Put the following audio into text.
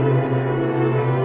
or